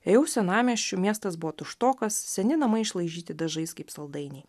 ėjau senamiesčiu miestas buvo tuštokas seni namai išlaižyti dažais kaip saldainiai